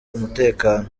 umutekano